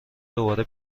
دوباره